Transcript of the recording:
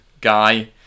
guy